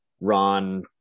ron